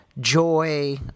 joy